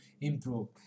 improve